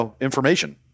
information